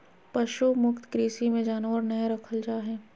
पशु मुक्त कृषि मे जानवर नय रखल जा हय